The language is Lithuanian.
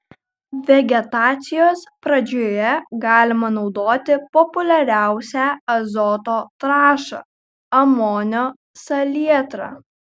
vegetacijos pradžioje galima naudoti populiariausią azoto trąšą amonio salietrą